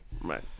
Right